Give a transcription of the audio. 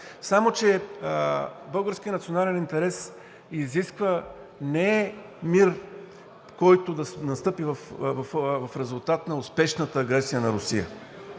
Само че българският национален интерес изисква не мир, който да настъпи в резултат на успешната агресия на Русия,